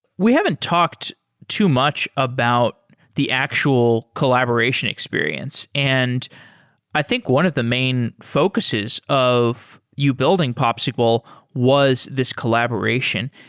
we haven't talked too much about the actual collaboration experience, and i think one of the main focuses of you building popsql was this collaboration?